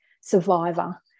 survivor